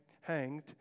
hanged